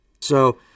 So-